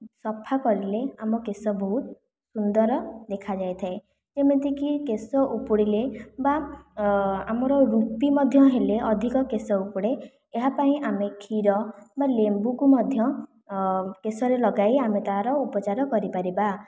ସଫା କରିଲେ ଆମ କେଶ ବହୁତ ସୁନ୍ଦର ଦେଖାଯାଇଥାଏ ଯେମିତିକି କେଶ ଉପୁଡ଼ିଲେ ବା ଆମର ରୁପି ମଧ୍ୟ ହେଲେ ଅଧିକ କେଶ ଉପୁଡ଼େ ଏହା ପାଇଁ ଆମେ କ୍ଷୀର ବା ଲେମ୍ବୁ କୁ ମଧ୍ୟ କେଶରେ ଲଗାଇ ଆମେ ତାର ଉପଚାର କରିପାରିବା